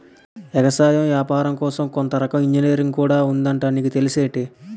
ఎగసాయం ఏపారం కోసం కొత్త రకం ఇంజనీరుంగు కూడా ఉందట నీకు తెల్సేటి?